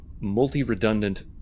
multi-redundant